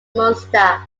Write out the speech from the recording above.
munster